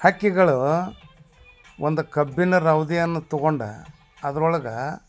ಹಕ್ಕಿಗಳು ಒಂದು ಕಬ್ಬಿನ ರವದಿಯನ್ನು ತೊಗೊಂಡು ಅದ್ರೊಳ್ಗೆ